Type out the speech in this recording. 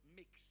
mix